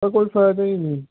ਕੋਈ ਫਾਇਦਾ ਹੀ ਨਹੀਂ